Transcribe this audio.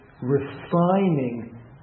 refining